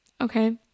okay